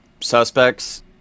suspects